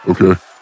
Okay